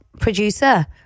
producer